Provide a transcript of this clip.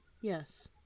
Yes